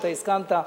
שאתה הסכמת.